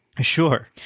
Sure